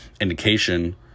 indication